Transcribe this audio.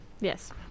Yes